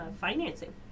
financing